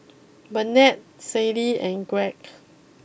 Bennett Sadie and Gregg